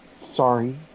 sorry